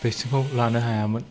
vaccine खौ लानो हायामोन